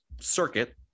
circuit